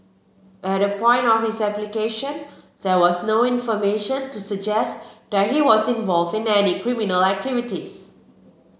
at the point of his application there was no information to suggest that he was involved in any criminal activities